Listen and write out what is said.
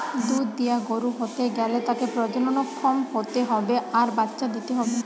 দুধ দিয়া গরু হতে গ্যালে তাকে প্রজনন ক্ষম হতে হবে আর বাচ্চা দিতে হবে